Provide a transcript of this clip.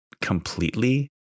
completely